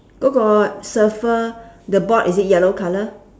go go surfer the board is it yellow colour